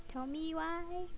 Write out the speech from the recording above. tell me why